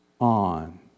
on